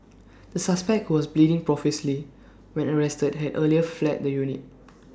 the suspect who was bleeding profusely when arrested had earlier fled the unit